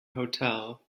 hotel